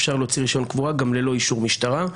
אפשר להוציא רישיון קבורה גם ללא אישור משטרה,